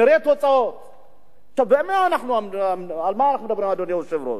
על מה אנחנו מדברים, אדוני היושב-ראש?